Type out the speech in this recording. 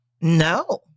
no